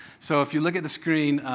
so if you look at the screen,